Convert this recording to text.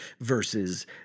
versus